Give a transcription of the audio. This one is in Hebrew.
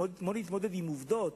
בואו נתמודד עם עובדות,